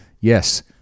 Yes